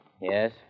Yes